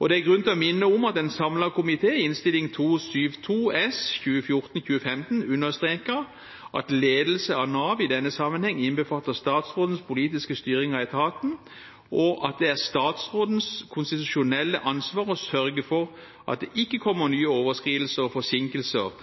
og det er grunn til å minne om at en samlet komité i Innst. 272 S for 2014–2015 understreket at ledelse av Nav i denne sammenheng innbefatter statsrådens politiske styring av etaten, og at det er statsrådens konstitusjonelle ansvar å sørge for at det ikke kommer nye overskridelser og forsinkelser